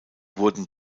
wurden